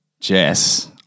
Jess